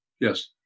Yes